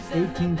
18